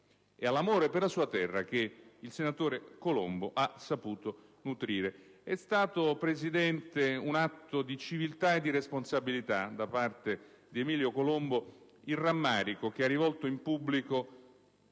e all'amore per la sua terra che il senatore Colombo ha saputo nutrire. È stato, signor Presidente, un atto di civiltà e di responsabilità da parte di Emilio Colombo il rammarico che ha rivolto in pubblico